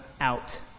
out